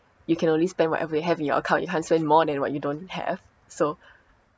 you can only spend whatever you have in your account you can't spend more than what you don't have so